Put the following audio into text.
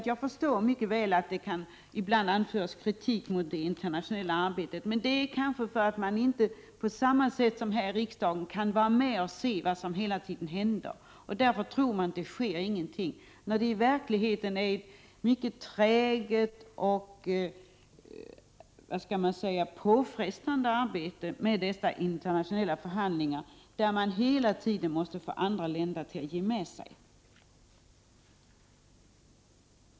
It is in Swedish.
Jag förstår mycket väl att det ibland kan | anföras kritik mot det internationella arbetet, men kritiken beror kanske på att man inte på samma sätt som här i riksdagen kan vara med och se vad som | hela tiden händer. Därför tror man att ingenting sker, medan det i | verkligheten försiggår ett mycket träget och påfrestande arbete vid dessa | internationella förhandlingar. Hela tiden gäller det att få andra länder att ge med sig.